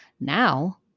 Now